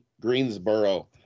Greensboro